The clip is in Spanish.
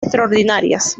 extraordinarias